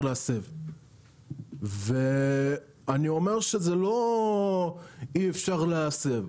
להסב ואני אומר שזה לא שאי אפשר להסב,